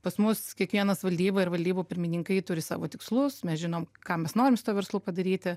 pas mus kiekvienas valdyboj ir valdybų pirmininkai turi savo tikslus mes žinom ką mes norim su tuo verslu padaryti